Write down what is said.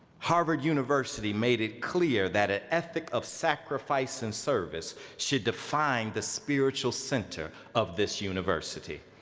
harvard university made it clear that a ethic of sacrifice and service should define the spiritual center of this university.